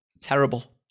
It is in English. terrible